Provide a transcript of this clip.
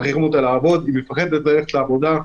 מכריחים אותה לעבוד והיא מפחדת ללכת לעבודה.